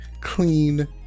clean